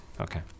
Okay